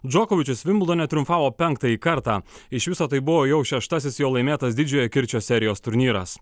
džokovičius vimbldone triumfavo penktąjį kartą iš viso tai buvo jau šeštasis jo laimėtas didžiojo kirčio serijos turnyras